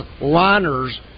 liners